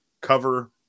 cover